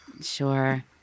Sure